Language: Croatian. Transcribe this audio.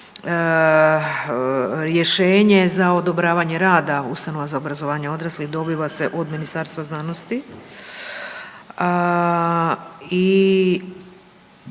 rješenje za odobravanje rada ustanova za obrazovanje odraslih dobiva se od Ministarstva znanosti